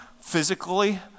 physically